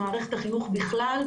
מערכת החינוך בכלל,